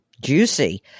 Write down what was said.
Juicy